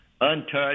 untouched